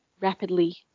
rapidly